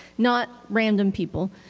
not random people.